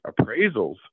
appraisals